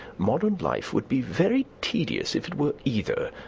modern life would be very tedious if it were either,